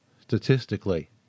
statistically